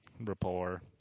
rapport